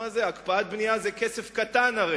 הקפאת בנייה הרי זה כסף קטן.